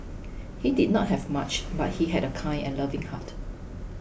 he did not have much but he had a kind and loving heart